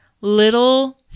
little